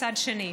מצד שני.